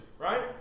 right